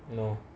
no